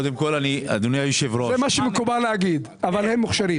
זה מה שמקובל להגיד אבל הם מוכשרים.